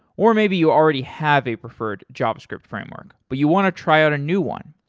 or maybe you already have a preferred javascript framework, but you want to try out a new one.